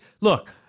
Look